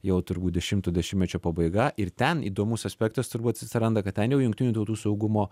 jau turbūt dešimto dešimtmečio pabaiga ir ten įdomus aspektas turbūt atsiranda kad ten jau jungtinių tautų saugumo